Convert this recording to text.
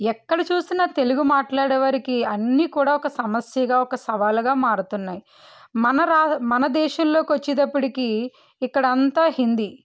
ఎక్కడ చూసిన తెలుగు మాట్లాడేవారికి అన్నీ కూడా ఒక సమస్యగా ఒక సవాలుగా మారుతున్నాయి మన రా మన దేశంలోకొచ్చేటప్పటికి ఇక్కడంతా హిందీ